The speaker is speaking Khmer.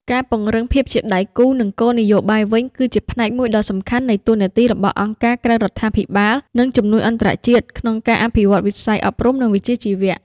ការពង្រឹងភាពជាដៃគូ និងគោលនយោបាយវិញ គឺជាផ្នែកមួយដ៏សំខាន់នៃតួនាទីរបស់អង្គការក្រៅរដ្ឋាភិបាល និងជំនួយអន្តរជាតិក្នុងការអភិវឌ្ឍវិស័យអប់រំ និងវិជ្ជាជីវៈ។